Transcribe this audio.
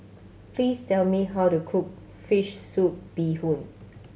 please tell me how to cook fish soup bee hoon